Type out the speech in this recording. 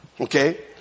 Okay